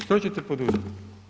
Što ćete poduzeti?